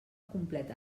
complet